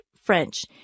French